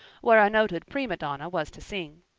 where a noted prima donna was to sing.